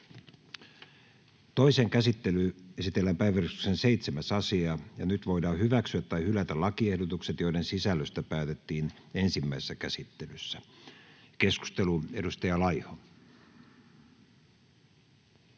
Toiseen käsittelyyn esitellään päiväjärjestyksen 9. asia. Nyt voidaan hyväksyä tai hylätä lakiehdotukset, joiden sisällöstä päätettiin ensimmäisessä käsittelyssä. — Keskustelu, edustaja